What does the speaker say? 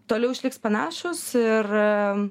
toliau išliks panašūs ir